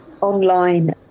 online